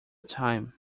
time